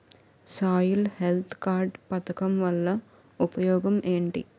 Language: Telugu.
సాయిల్ హెల్త్ కార్డ్ పథకం వల్ల ఉపయోగం ఏంటి?